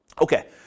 Okay